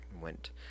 went